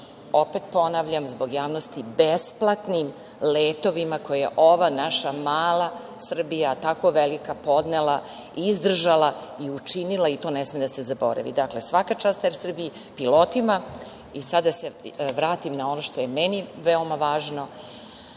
opet ponavljam zbog javnosti, besplatnim letovima koje je ova naša mala Srbija, a tako velika podnela, izdržala i učinila i to ne sme da se zaboravi. Dakle, svaka čast "Er Srbiji", pilotima i da se vratim sada na ono što mi je veoma važno